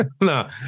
No